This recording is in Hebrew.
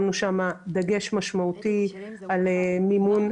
שמנו שם דגש משמעותי על מימון.